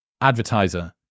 advertiser